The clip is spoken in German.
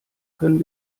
können